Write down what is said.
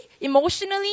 emotionally